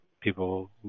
people